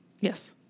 yes